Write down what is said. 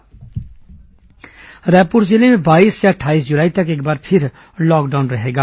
lockdown निर्देश रायपुर जिले में बाईस से अट्ठाईस जुलाई तक एक बार फिर लॉकडाउन रहेगा